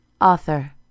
Author